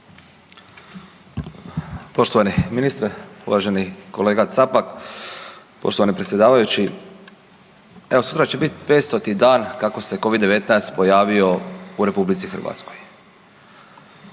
Poštovani ministre, uvaženi kolega Capak. Poštovani predsjedavajući. Evo sutra će biti 500. dan kako se covid-19 pojavio u RH. Preko